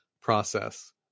process